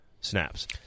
snaps